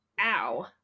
ow